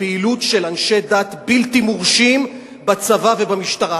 בפעילות של אנשי דת בלתי מורשים בצבא ובמשטרה.